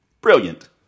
Brilliant